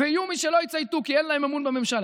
ויהיו מי שלא יצייתו כי אין להם אמון בממשלה,